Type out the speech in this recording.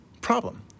problem